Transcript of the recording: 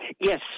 Yes